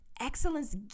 Excellence